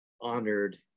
honored